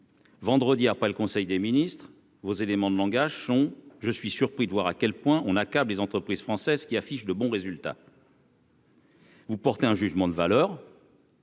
Vendredi, après le conseil des ministres, vos éléments de langage sont je suis surpris de voir à quel point on accable les entreprises françaises qui affiche de bons résultats.